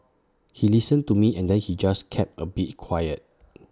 he listened to me and then he just kept A bit quiet